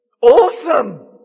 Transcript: Awesome